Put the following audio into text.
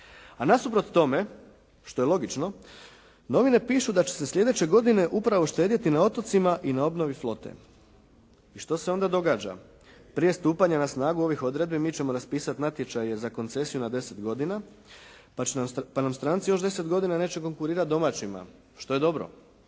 A nasuprot tome što je logično novine pišu da će se sljedeće godine upravo štedjeti na otocima i na obnovi flote. Što se onda događa? Prije stupanja na snagu ovih odredbi mi ćemo raspisati natječaje za koncesiju na 10 godina pa će nam, pa nam stranci još 10 godina neće konkurirati domaćima što je dobro.